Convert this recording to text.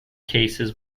cases